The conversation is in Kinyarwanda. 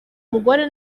mugore